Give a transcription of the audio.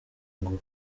ngo